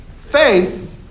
faith